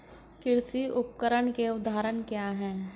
कृषि उपकरण के उदाहरण क्या हैं?